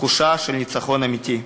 תחושה של ניצחון אמיתי.